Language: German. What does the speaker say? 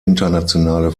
internationale